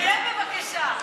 תסיים, בבקשה.